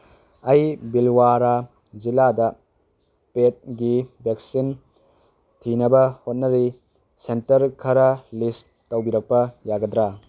ꯑꯩ ꯕꯤꯜꯋꯥꯔꯥ ꯖꯤꯂꯥꯗ ꯄꯦꯠꯀꯤ ꯚꯦꯛꯁꯤꯟ ꯊꯤꯅꯕ ꯍꯣꯠꯅꯔꯤ ꯁꯦꯟꯇꯔ ꯈꯔ ꯂꯤꯁ ꯇꯧꯕꯤꯔꯛꯄ ꯌꯥꯒꯗ꯭ꯔꯥ